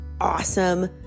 awesome